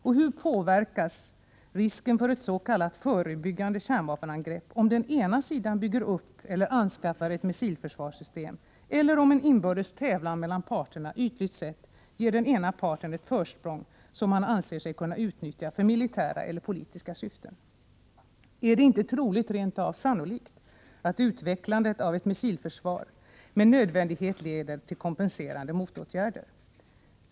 Oo Hur påverkas risken för ett s.k. förebyggande kärnvapenangrepp om den ena sidan bygger upp eller anskaffar ett missilförsvarssystem eller om en inbördes tävlan mellan parterna ytligt sett ger den ena parten ett försprång som han anser sig kunna utnyttja för militära eller politiska syften? Oo Är det inte troligt, rent av sannolikt, att utvecklandet av ett missilförsvar med nödvändighet leder till kompenserande motåtgärder?